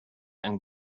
and